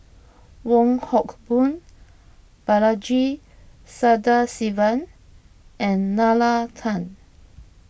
Wong Hock Boon Balaji Sadasivan and Nalla Tan